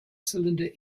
cylinder